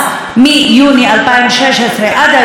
מיוני 2016 עד היום,